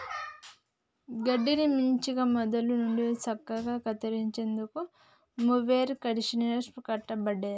గడ్డిని మంచిగ మొదళ్ళ నుండి సక్కగా కత్తిరించేందుకు మొవెర్ కండీషనర్ని వాడబట్టిరి